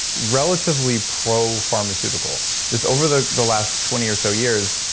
relatively propharmaceutical. just over the the last twenty or so years,